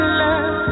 love